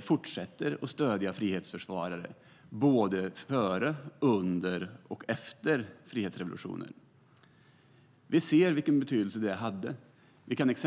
fortsätter att stödja frihetsförsvarare både före, under och efter frihetsrevolutioner. Vi ser vilken betydelse ett sådant stöd kan ha.